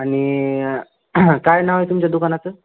आणि काय नाव आहे तुमच्या दुकानाचं